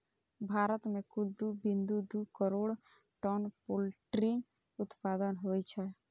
भारत मे कुल दू बिंदु दू करोड़ टन पोल्ट्री उत्पादन होइ छै